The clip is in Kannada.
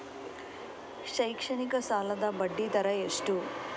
ಶೈಕ್ಷಣಿಕ ಸಾಲದ ಬಡ್ಡಿ ದರ ಎಷ್ಟು?